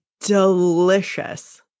delicious